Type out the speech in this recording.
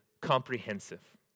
comprehensive